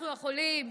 אנחנו יכולים,